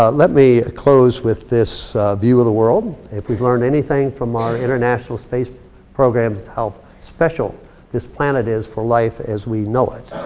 ah let me close with this view of the world. if we've learned anything from our international space program, it's how special this planet is for life as we know it.